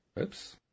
Oops